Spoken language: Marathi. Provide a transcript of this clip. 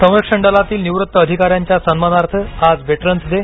संरक्षण दलातील निवृत्त अधिकाऱ्यांच्या सन्मानार्थ आज व्हेटरन्स डे